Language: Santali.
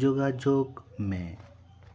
ᱡᱳᱜᱟᱡᱳᱜᱽ ᱢᱮ